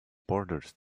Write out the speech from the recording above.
bordered